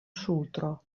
ŝultro